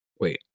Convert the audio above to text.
Wait